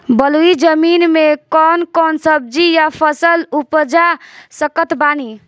बलुई जमीन मे कौन कौन सब्जी या फल उपजा सकत बानी?